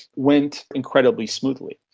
went incredibly smoothly.